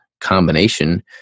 combination